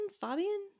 Fabian